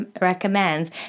recommends